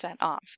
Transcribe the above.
off